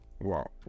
wow